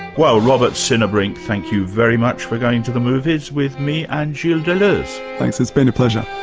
well robert sinnerbrink, thank you very much for going to the movies with me, and gilles deleuze. thanks, it's been a pleasure.